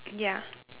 ya